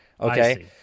okay